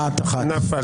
הצבעה לא אושרה נפל.